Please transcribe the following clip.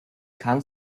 kann